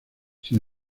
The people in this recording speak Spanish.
sin